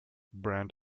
brand